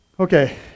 okay